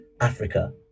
Africa